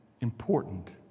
important